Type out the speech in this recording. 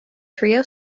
trio